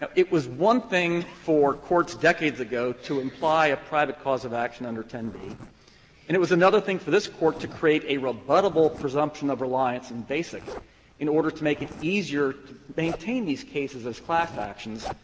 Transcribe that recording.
it was one thing for courts decades ago to imply a private cause of action under ten b and it was another thing for this court to create a rebuttable presumption of reliance in basic in order to make it easier to maintain these cases as class actions.